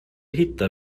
hittar